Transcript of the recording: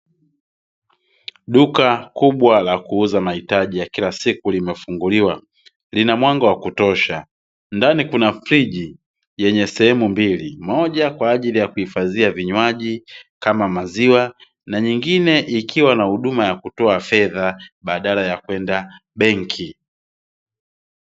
Duka kubwa la kuuza mahitaji limefunguliwa, lina mwanga wakutosha ndani kuna friji yenye sehemu mbili moja kwa ajili ya kuhifadhia vinywaji kama maziwa na nyingine ikiwa na huduma ya kutoa fedha badala ya kwenda benki.